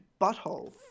Butthole